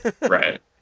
Right